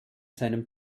seinem